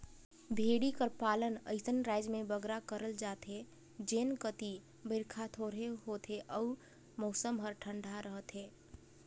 भेंड़ी कर पालन अइसन राएज में बगरा करल जाथे जेन कती बरिखा थोरहें होथे अउ मउसम हर ठंडा रहथे